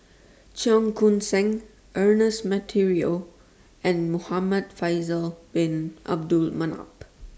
Cheong Koon Seng Ernest Monteiro and Muhamad Faisal Bin Abdul Manap